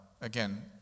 Again